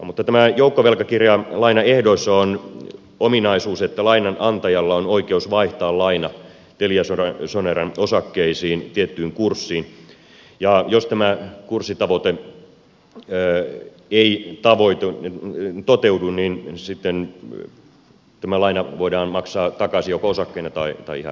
mutta tämän joukkovelkakirjalainan ehdoissa on ominaisuus että lainanantajalla on oikeus vaihtaa laina teliasoneran osakkeisiin tiettyyn kurssiin ja jos tämä kurssitavoite ei toteudu niin sitten tämä laina voidaan maksaa takaisin joko osakkeina tai ihan rahana